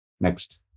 Next